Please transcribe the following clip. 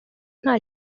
nta